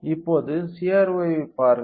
இப்போது CRO ஐப் பாருங்கள்